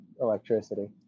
electricity